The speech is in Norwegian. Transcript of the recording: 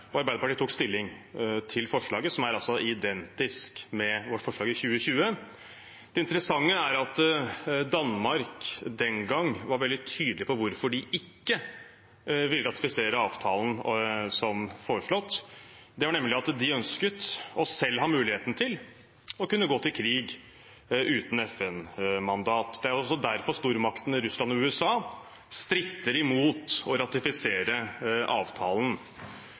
og Arbeiderpartiet tok stilling til forslaget, som altså er identisk med vårt forslag i 2022. Det interessante er at Danmark den gang var veldig tydelig på hvorfor de ikke ville ratifisere avtalen som foreslått. Det var nemlig at de ønsket å selv ha muligheten til å kunne gå til krig uten FN-mandat. Det er jo også derfor stormaktene Russland og USA stritter imot å ratifisere avtalen.